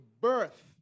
birth